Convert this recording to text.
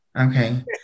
Okay